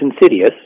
insidious